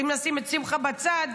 אם נשים את שמחה בצד,